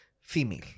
female